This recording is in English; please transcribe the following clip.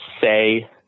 say